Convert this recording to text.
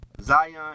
Zion